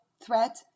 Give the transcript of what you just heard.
threat